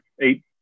eight